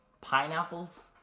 pineapples